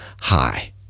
high